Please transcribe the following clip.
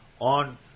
on